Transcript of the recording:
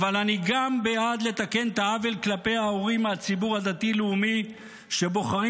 אבל אני גם בעד לתקן את העוול כלפי ההורים מהציבור הדתי-לאומי שבוחרים